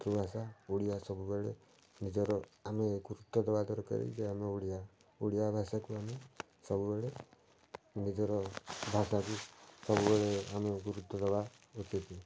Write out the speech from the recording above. ମାତୃଭାଷା ଓଡ଼ିଆ ସବୁବେଳେ ନିଜର ଆମେ ଗୁରୁତ୍ୱ ଦେବା ଦରକାରେ ଯେ ଆମେ ଓଡ଼ିଆ ଓଡ଼ିଆ ଭାଷାକୁ ଆମେ ସବୁବେଳେ ନିଜର ଭାଷାକୁ ସବୁବେଳେ ଆମେ ଗୁରୁତ୍ୱ ଦେବା ଉଚିତ